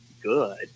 good